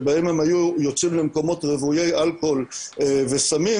שבהם הם היו יוצאים למקומות רוויי אלכוהול וסמים,